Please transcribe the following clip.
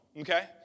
okay